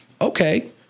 Okay